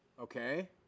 Okay